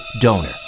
donor